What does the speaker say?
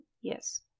Yes